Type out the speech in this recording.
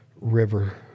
river